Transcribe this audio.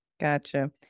Gotcha